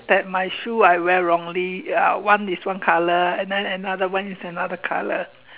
that my shoe I wear wrongly uh one is one colour and then another one is another colour